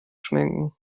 schminken